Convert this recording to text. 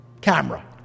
camera